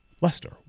Lester